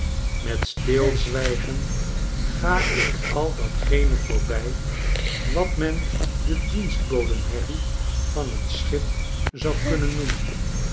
met stilzwijgen ga ik al datgene voorbij wat men de dienstboden herrie van t schip zou kunnen noemen